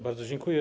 Bardzo dziękuję.